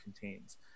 contains